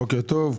בוקר טוב.